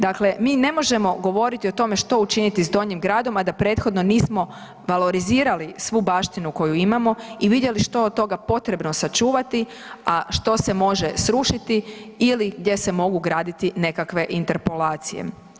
Dakle, mi ne možemo govoriti o tome što učiniti s Donjim gradom, a da prethodno valorizirali svu baštinu koju imamo i vidjeli što je od toga potrebno sačuvati, a što se može srušiti ili gdje se mogu graditi nekakve interpolacije.